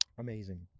amazing